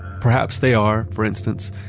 perhaps they are, for instance,